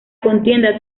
contienda